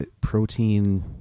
Protein